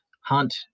hunt